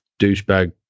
douchebag